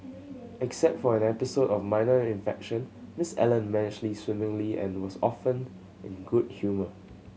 except for an episode of minor infection Miss Allen managed swimmingly and was often in good humour